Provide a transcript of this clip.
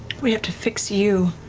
we have to fix you,